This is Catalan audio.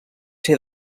ser